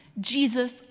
Jesus